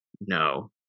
no